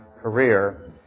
career